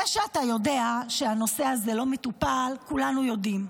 זה שאתה יודע שהנושא הזה לא מטופל, כולנו יודעים.